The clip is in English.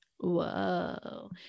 Whoa